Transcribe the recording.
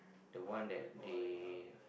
the one that they